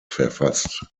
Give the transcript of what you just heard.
verfasst